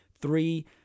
three